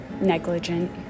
negligent